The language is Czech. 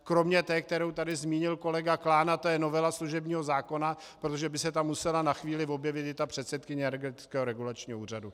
Kromě té, kterou tady zmínil kolega Klán, a to je novela služebního zákona, protože by se tam musela na chvíli objevit i ta předsedkyně Energetického regulačního úřadu.